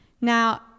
Now